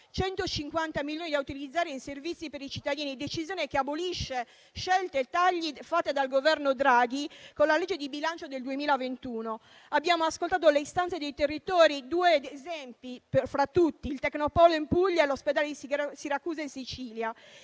150 milioni da utilizzare in servizi per i cittadini, decisione che abolisce scelte/tagli fatte dal Governo Draghi con la legge di bilancio del 2021 . Abbiamo ascoltato le esigenze dei territorio: due esempi sono il Tecnopolo in Puglia e l'Ospedale di Siracusa in Sicilia.